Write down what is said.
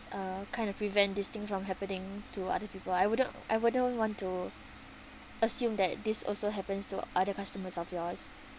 uh kind of prevent this thing from happening to other people I wouldn't I wouldn't want to assume that this also happens to other customers of yours